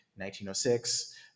1906